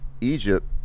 Egypt